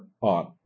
on